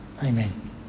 Amen